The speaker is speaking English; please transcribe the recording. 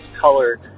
color